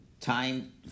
time